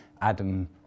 Adam